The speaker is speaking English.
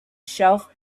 shelf